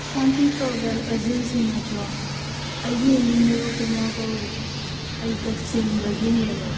ꯁꯥꯟꯇꯤ travel agency ꯅꯠꯇ꯭ꯔꯣ ꯑꯩꯒꯤ ꯏꯃꯤꯡ ꯅꯤꯔꯨꯄꯥꯃꯥ ꯀꯧꯏ ꯑꯩ ꯀꯥꯛꯆꯤꯡꯗꯒꯤꯅꯦꯕ